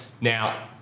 Now